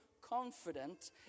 confident